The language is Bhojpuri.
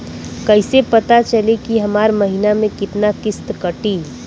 कईसे पता चली की हमार महीना में कितना किस्त कटी?